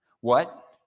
What